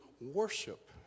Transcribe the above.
worship